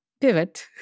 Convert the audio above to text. pivot